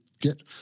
get